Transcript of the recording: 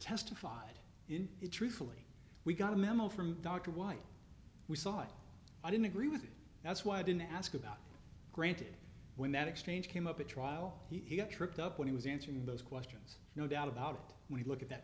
testified in truthfully we got a memo from dr white we saw it i didn't agree with it that's why i didn't ask about granted when that exchange came up at trial he got tripped up when he was answering those questions no doubt about it we look at that